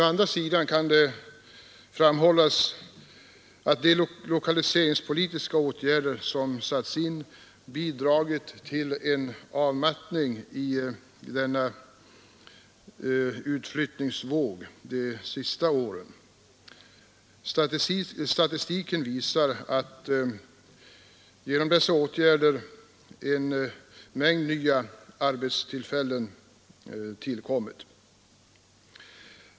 Å andra sidan kan framhållas att de lokaliseringspolitiska åtgärder som satts in har bidragit till en avmattning under de senaste åren i denna utflyttningsvåg. Statistiken visar att en avsevärd mängd nya arbetstillfällen tillkommit genom dessa åtgärder.